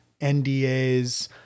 NDAs